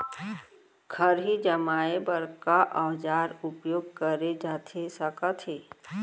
खरही जमाए बर का औजार उपयोग करे जाथे सकत हे?